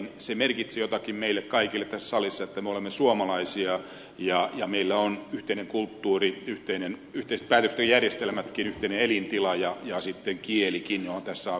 se merkitsee jotakin meille kaikille tässä salissa että me olemme suomalaisia ja meillä on yhteinen kulttuuri yhteiset päätöstenjärjestelmätkin yhteinen elintila ja sitten kielikin johon tässä on viitattu